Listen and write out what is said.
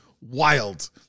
wild